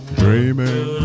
dreaming